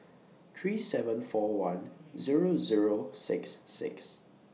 three seven four one Zero Zero six six